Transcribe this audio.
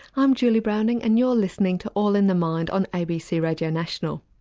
i'm julie browning and you're listening to all in the mind on abc radio national.